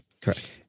Correct